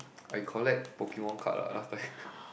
I collect Pokemon card lah last time